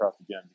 again